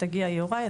יוראי,